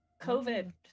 COVID